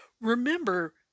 Remember